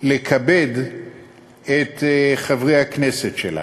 לכבד את חברי הכנסת שלה,